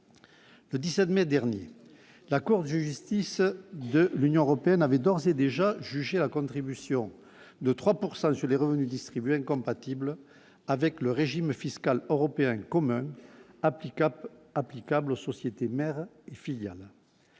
le 17 mai dernier, la Cour de justice de l'Union européenne avait d'ores et déjà jugé la contribution de 3 pourcent sur sur les revenus distribués incompatible avec le régime fiscal européen commun applicable applicables aux sociétés mères filiale